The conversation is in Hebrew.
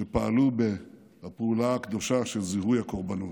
שפעלו בפעולה הקדושה של זיהוי הקורבנות.